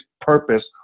purpose